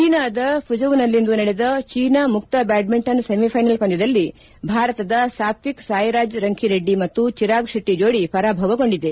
ಚೀನಾದ ಫುಜೌನಲ್ಲಿಂದು ನಡೆದ ಚೀನಾ ಮುಕ್ತ ಬ್ಲಾಡ್ಸಿಂಟನ್ ಸೆಮಿಫೈನಲ್ ಪಂದ್ನದಲ್ಲಿ ಭಾರತದ ಸಾತ್ವಿಕ್ ಸಾಯಿರಾಜ್ ರಂಕಿರೆಡ್ಡಿ ಮತ್ತು ಚಿರಾಗ್ ಶೆಟ್ಷಿ ಜೋಡಿ ಪರಾಭವಗೊಂಡಿದೆ